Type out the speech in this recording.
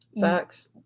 Facts